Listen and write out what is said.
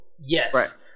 yes